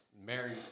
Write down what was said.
married